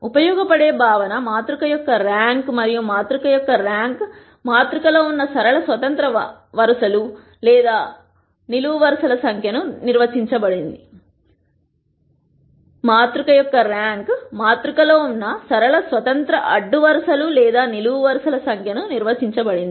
ఉపయోగపడే భావన మాతృక యొక్క ర్యాంక్ మరియు మాతృక యొక్క ర్యాంక్ మాతృక లో ఉన్న సరళ స్వతంత్ర వరుసలు లేదా నిలువు వరుసల సంఖ్య నిర్వచించబడింది